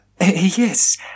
Yes